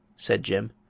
said jim.